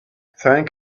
thank